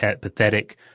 pathetic